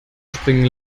springen